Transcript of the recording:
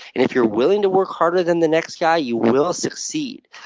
and if you're willing to work harder than the next guy, you will succeed.